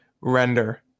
render